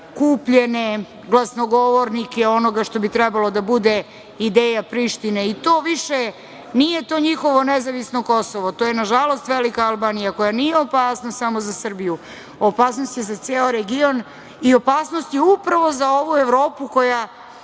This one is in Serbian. kupljene glasnogovornike onoga što bi trebalo da bude ideja Prištine. To više nije to njihovo nezavisno Kosovo, to je nažalost, velika Albanija koja nije opasnost samo za Srbiju, opasnost je za ceo region i opasnost je upravo za ovu Evropu koja,